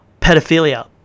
pedophilia